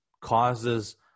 causes